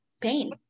pain